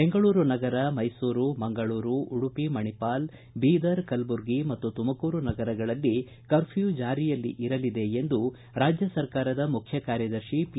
ಬೆಂಗಳೂರು ನಗರ ಮೈಸೂರು ಮಂಗಳೂರು ಉಡುಪಿ ಮಣಿಪಾಲ್ ಬೀದರ್ ಕಲಬುರ್ಗಿ ಮತ್ತು ತುಮಕೂರು ನಗರಗಳಲ್ಲಿ ಕರ್ಫ್ಊ ಜಾರಿಯಲ್ಲಿ ಇರಲಿದೆ ಎಂದು ರಾಜ್ಞ ಸರ್ಕಾರದ ಮುಖ್ಯ ಕಾರ್ಯದರ್ಶಿ ಪಿ